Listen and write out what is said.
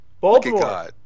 Baltimore